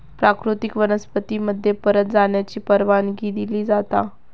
प्राकृतिक वनस्पती मध्ये परत जाण्याची परवानगी दिली जाता